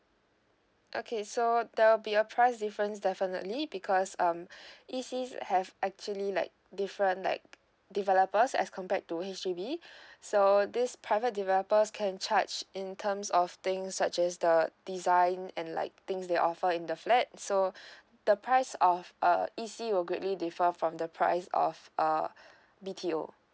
okay so there'll be a price difference definitely because um E_C have actually like different like developers as compared to H_D_B so this private developers can charge in terms of things such as the design and like things they offer in the flat so the price of uh E_C will greatly differ from the price of uh B_T_O